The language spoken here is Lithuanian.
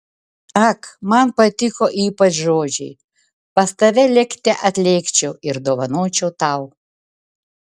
ak man patiko ypač žodžiai pas tave lėkte atlėkčiau ir dovanočiau tau